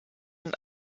und